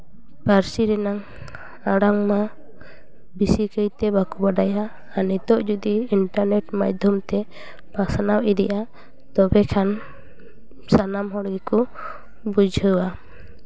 ᱯᱟᱹᱨᱥᱤ ᱨᱮᱱᱟᱜ ᱟᱲᱟᱝᱼᱢᱟ ᱵᱮᱥᱤ ᱠᱟᱭᱛᱮ ᱵᱟᱠᱚ ᱵᱟᱰᱟᱭᱟ ᱱᱤᱛᱚᱜ ᱡᱩᱫᱤ ᱤᱱᱴᱟᱨᱱᱮᱴ ᱢᱟᱫᱽᱫᱷᱚᱢ ᱛᱮ ᱯᱟᱥᱱᱟᱣ ᱤᱫᱤᱜᱼᱟ ᱛᱚᱵᱮ ᱠᱷᱟᱱ ᱥᱟᱱᱟᱢ ᱦᱚᱲ ᱜᱮᱠᱚ ᱵᱩᱡᱷᱟᱹᱣᱟ